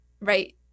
right